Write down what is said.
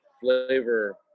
flavor